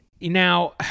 now